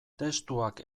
testuak